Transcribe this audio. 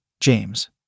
James